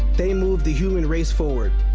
they move the human race forward.